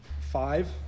five